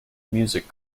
music